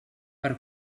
per